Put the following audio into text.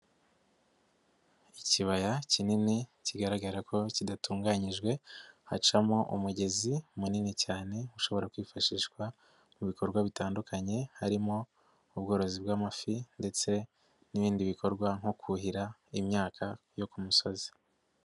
Ikibaya kinini kigaragara ko kidatunganyijwe hacamo umugezi munini cyane ushobora kwifashishwa mu bikorwa bitandukanye, harimo ubworozi bw'amafi ndetse n'ibindi bikorwa nko kuhira imyaka yo ku musozi.